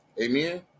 Amen